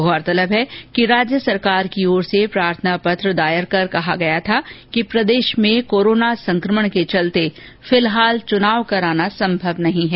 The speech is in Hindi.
गौरतलब है कि राज्य सरकार की ओर से प्रार्थना पत्र दायर कर कहा गया कि प्रदेश में कोरोना संक्रमण के चलते फिलहाल चुनाव कराना संभव नहीं है